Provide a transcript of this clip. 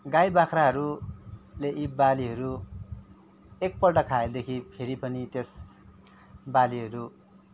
गाई बाख्राहरूले यी बालीहरू एकपल्ट खाएदेखि फेरि पनि त्यस बालीहरू